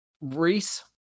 Reese